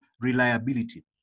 reliability